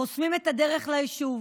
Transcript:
חוסמים את הדרך ליישוב